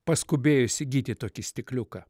paskubėjo įsigyti tokį stikliuką